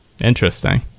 Interesting